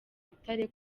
butare